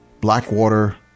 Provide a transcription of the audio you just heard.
Blackwater